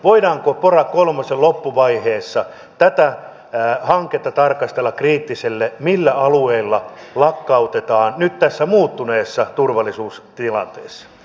voidaanko pora kolmosen loppuvaiheessa tätä hanketta tarkastella kriittisesti millä alueilla lakkautetaan nyt tässä muuttuneessa turvallisuustilanteessa